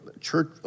church